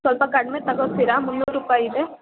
ಸ್ವಲ್ಪ ಕಡಿಮೆ ತಗೊತೀರಾ ಮುನ್ನೂರು ರೂಪಾಯಿ ಇದೆ